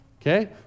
Okay